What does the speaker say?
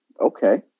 Okay